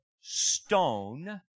stone